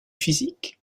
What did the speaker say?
physiques